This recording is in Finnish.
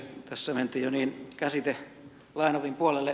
tässä mentiin jo käsitelainopin puolelle